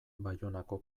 baionako